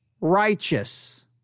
righteous